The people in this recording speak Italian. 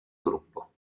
gruppo